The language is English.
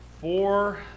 four